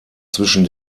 zwischen